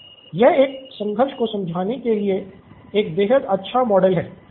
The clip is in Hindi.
यह एक संघर्ष को समझने के लिए एक बेहद अच्छा मॉडल है